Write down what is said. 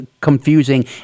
confusing